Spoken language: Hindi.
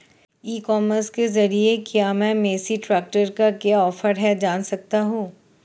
ई कॉमर्स के ज़रिए क्या मैं मेसी ट्रैक्टर का क्या ऑफर है जान सकता हूँ?